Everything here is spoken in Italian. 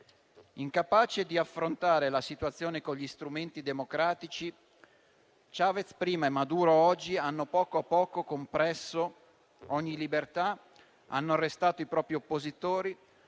Incapace di affrontare la situazione con gli strumenti democratici, Chavez prima e Maduro oggi hanno poco a poco compresso ogni libertà, hanno arrestato i propri oppositori